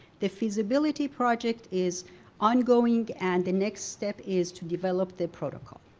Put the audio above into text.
the feasibility project is ongoing and the next step is to develop the protocol.